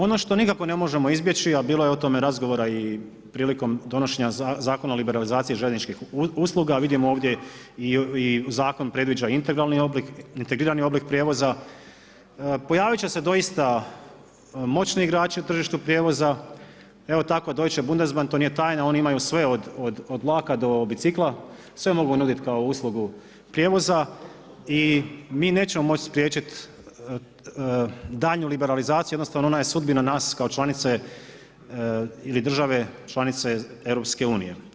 Ono što nikako ne možemo izbjeći, a bilo je o tome razgovora i prilikom donošenja Zakona o liberalizaciji željezničkih usluga, vidimo ovdje i zakon predviđa integrirani oblik prijevoza, pojavit će se doista moćni igrači u tržištu prijevoza, evo tako deutschebundesman, to nije tajna, oni imaju sve od vlaka do bicikla, sve mogu nudit kao uslugu prijevoza i mi nećemo moći spriječit daljnju liberalizaciju, odnosno ona je sudbina nas kao članice ili države članice EU.